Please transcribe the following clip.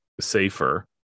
safer